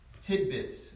tidbits